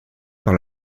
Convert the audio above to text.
par